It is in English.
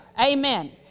amen